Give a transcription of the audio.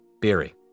Beery